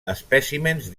espècimens